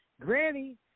Granny